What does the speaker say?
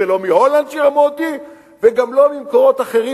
ולא מהולנד שירמו אותי וגם לא ממקורות אחרים,